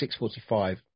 6.45